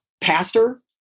pastor